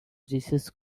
jesus